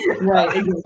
Right